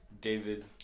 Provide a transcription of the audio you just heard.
David